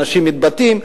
אנשים מתלבטים.